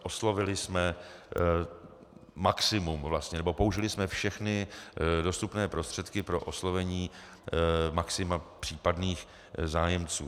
Oslovili jsme maximum, nebo použili jsme všechny dostupné prostředky pro oslovení maxima případných zájemců.